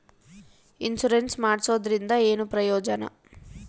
Insurance ಮಾಡ್ಸೋದರಿಂದ ಏನು ಪ್ರಯೋಜನ?